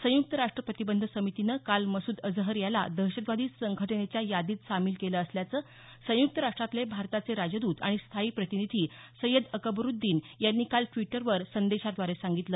संयुक्त राष्ट्र प्रतिबंध समितीनं काल मसूद अजहर याला दहशतवादी संघटनेच्या यादीत सामील केलं असल्याचं संयुक्त राष्ट्रातले भारताचे राजद्रत आणि स्थायी प्रतिनिधी सय्यद अकबरूद्दीन यांनी काल द्विटरवर संदेशाद्वारे सांगितलं